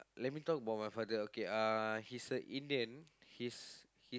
let me talk about my father okay uh he's a Indian he's he